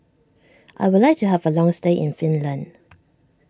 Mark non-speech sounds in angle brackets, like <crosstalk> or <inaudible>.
I would like to have a long stay in Finland <noise>